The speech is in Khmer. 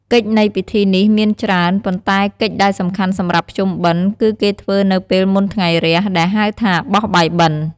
កិច្ចនៃពិធីនេះមានច្រើន ប៉ុន្តែកិច្ចដែលសំខាន់សម្រាប់ភ្ជុំបិណ្ឌ គឺគេធ្វើនៅពេលមុនថ្ងៃរះ ដែលហៅថាបោះបាយបិណ្ឌ។